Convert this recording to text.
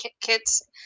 kits